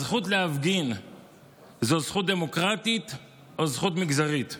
הזכות להפגין זו זכות דמוקרטית או זכות מגזרית?